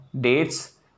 dates